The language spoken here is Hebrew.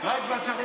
איסור טיפולי